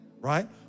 right